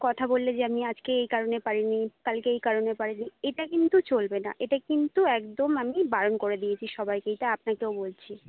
কথা বললে যে আমি আজকে এই কারণে পারিনি কালকে এই কারণে পারিনি এটা কিন্তু চলবে না এটা কিন্তু একদম আমি বারণ করে দিয়েছি সবাইকে এইটা আপনাকেও বলছি